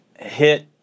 hit